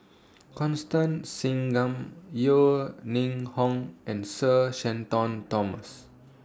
Constance Singam Yeo Ning Hong and Sir Shenton Thomas